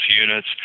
units